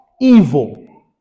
Evil